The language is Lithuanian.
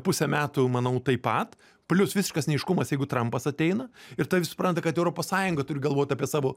pusę metų manau taip pat plius visiškas neaiškumas jeigu trampas ateina ir taip supranta kad europos sąjunga turi galvot apie savo